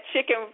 chicken